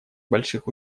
больших